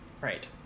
Right